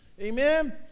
Amen